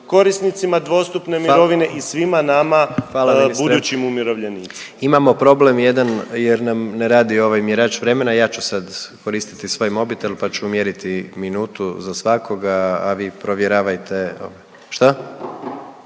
svima nama budućim umirovljenicima. **Jandroković, Gordan (HDZ)** Imamo problem jedan jer nam je radi ovaj mjerač vremena, ja ću sad koristiti svoj mobitel pa ću mjeriti minutu za svakoga, a vi provjeravajte… Što?